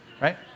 right